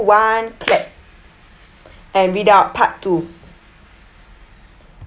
one clap and read out part two